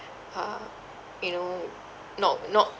uh you know not not